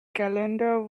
calendar